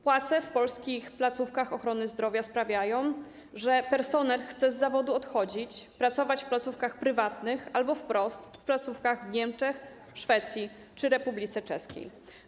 Płace w polskich placówkach ochrony zdrowia sprawiają, że personel chce odchodzić z zawodu, pracować w placówkach prywatnych albo po prostu w placówkach w Niemczech, w Szwecji czy w Republice Czeskiej.